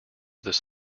this